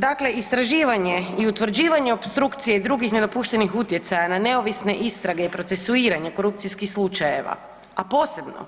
Dakle, istraživanje i utvrđivanje opstrukcije i drugih nedopuštenih utjecaja na neovisne istrage i procesuiranje korupcijskih slučajeva, a posebno